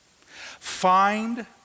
Find